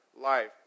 life